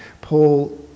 Paul